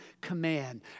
command